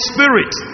Spirit